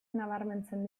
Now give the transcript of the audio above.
nabarmentzen